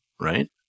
right